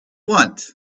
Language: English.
want